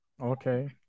Okay